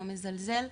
לא מזלזל.